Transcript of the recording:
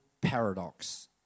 paradox